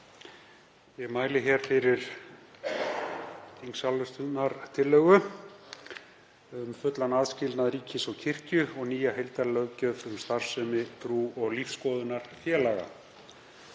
Ég mæli hér fyrir þingsályktunartillögu um fullan aðskilnað ríkis og kirkju og nýja heildarlöggjöf um starfsemi trú- og lífsskoðunarfélaga.